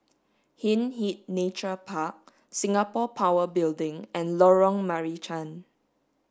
Hindhede Nature Park Singapore Power Building and Lorong Marican